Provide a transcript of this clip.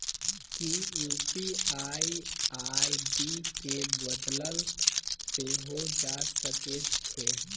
कि UPI ID केँ बदलल सेहो जा सकैत छै?